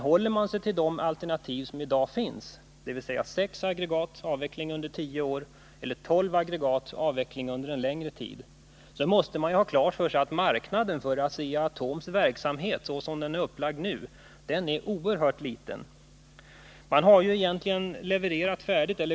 Håller vi oss till de alternativ som i dag finns, dvs. sex aggregat med avveckling under tio år eller tolv aggregat och avveckling under en längre tid, måste vi ha klart för oss att marknaden för Asea-Atoms verksamhet, som den nu är upplagd, är oerhört liten.